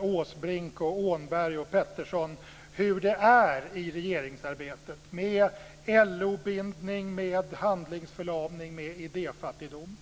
Åsbrink, Åhnberg och Peterson, hur det är i regeringsarbetet med LO-bindning, handlingsförlamning och idéfattigdom.